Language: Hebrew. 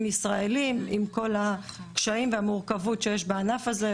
ישראלים עם כל הקשיים והמורכבות שיש בענף הזה,